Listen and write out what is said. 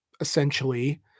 essentially